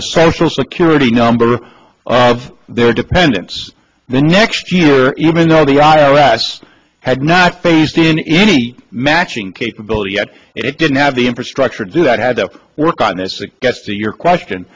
the social security number of their dependents the next year even though the i r s had not phased in any matching capability yet it didn't have the infrastructure do that had to work on this it gets to your question